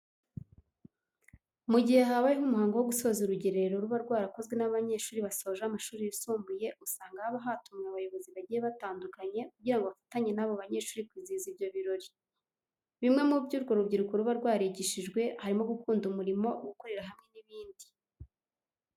Mu gihe habayeho umuhango wo gusoza urugerero ruba rwarakozwe n'abanyeshuri basoje amashuri yisumbuye, usanga haba hatumiwe abayobozi bagiye batandukanye kugira ngo bafatanye n'abo banyeshuri kwizihiza ibyo birori. Bimwe mu byo urwo rubyiruko ruba rwarigishijwe harimo gukunda umurimo, gukorera hamwe n'ibindi.